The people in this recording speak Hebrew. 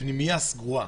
כפנימייה סגורה,